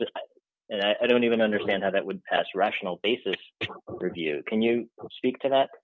sense and i don't even understand how that would test rational basis review can you speak to that